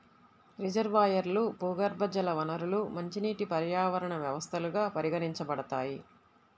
రిజర్వాయర్లు, భూగర్భజల వనరులు మంచినీటి పర్యావరణ వ్యవస్థలుగా పరిగణించబడతాయి